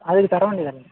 அதுக்குத் தர வேண்டியதுதானே